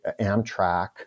Amtrak